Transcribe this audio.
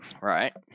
Right